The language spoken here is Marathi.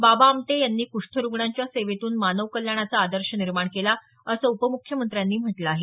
बाबा आमटे यांनी कुष्ठरुग्णांच्या सेवेतून मानवकल्याणाचा आदर्श निर्माण केला असं उपमुख्यमंत्र्यांनी म्हटलं आहे